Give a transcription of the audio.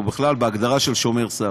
או בכלל בהגדרה של שומר סף.